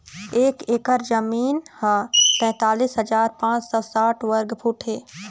एक एकर जमीन ह तैंतालिस हजार पांच सौ साठ वर्ग फुट हे